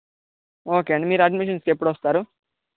okay అండి మీరు అడ్మిషన్స్కి ఎప్పుడు వస్తారు